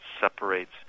separates